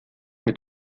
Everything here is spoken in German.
mit